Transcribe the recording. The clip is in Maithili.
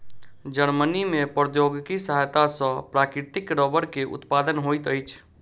जर्मनी में प्रौद्योगिकी के सहायता सॅ प्राकृतिक रबड़ के उत्पादन होइत अछि